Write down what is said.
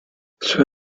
sow